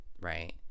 right